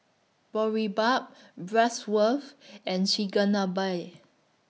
Boribap and Chigenabe